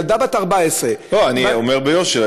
ילדה בת 14 --- אני אומר ביושר,